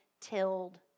tilled